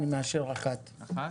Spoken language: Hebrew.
אני מאשר אחת.